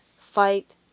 fight